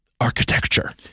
architecture